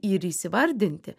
ir įsivardinti